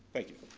thank you.